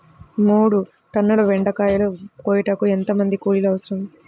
మూడు టన్నుల బెండకాయలు కోయుటకు ఎంత మంది కూలీలు అవసరం?